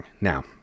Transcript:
now